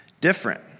different